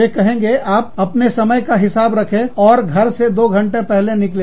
वे कहेंगे आप अपने समय का हिसाब रखें और घर से दो घंटे पहले निकले